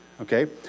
Okay